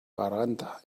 garganta